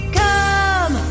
come